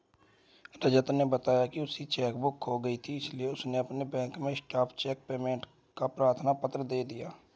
रजत ने बताया की उसकी चेक बुक खो गयी थी इसीलिए उसने अपने बैंक में स्टॉप चेक पेमेंट का प्रार्थना पत्र दे दिया